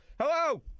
Hello